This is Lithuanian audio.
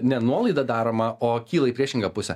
ne nuolaida daroma o kyla į priešingą pusę